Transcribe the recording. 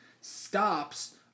stops